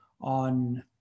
on